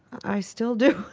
i still do.